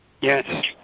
Yes